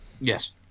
Yes